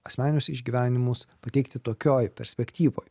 asmeninius išgyvenimus pateikti tokioj perspektyvoj